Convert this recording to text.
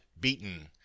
beaten